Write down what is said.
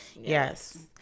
Yes